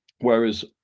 whereas